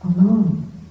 alone